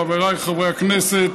חבריי חברי הכנסת,